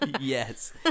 Yes